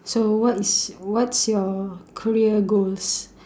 so what is what's your career goals